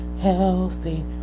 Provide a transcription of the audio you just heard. healthy